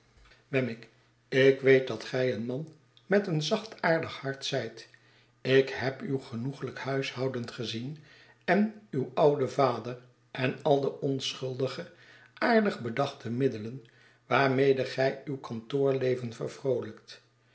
wemmick ik weet dat gij een man met een zachtaardig hart zijt ik heb uw genoeglijk huishouden gezien en uw ouden vader en al de onschuldige aardig bedachte middelen waarmede gij uw kantoorleven